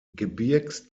gebirgs